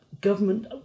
government